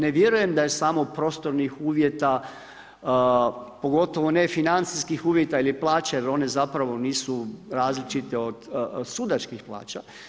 Ne vjerujem da je samo prostornih uvjeta, pogotovo ne financijskih uvjeta ili plaće jer one nisu različite od sudačkih plaća.